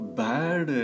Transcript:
bad